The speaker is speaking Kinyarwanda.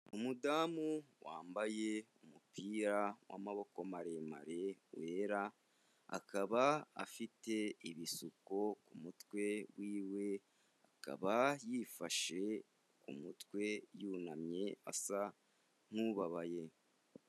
Umudamu wambaye umupira w'amaboko maremare wera, akaba afite ibisuko ku kumutwe w'iwe, akaba yifashe mu mutwe yunamye asa nk'ubabaye.